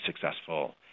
successful